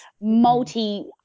multi